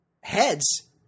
heads